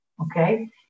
Okay